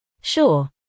Sure